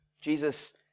Jesus